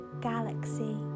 galaxy